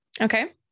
Okay